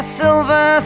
silver